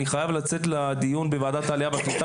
אני חייב לצאת לדיון בוועדת העלייה והקליטה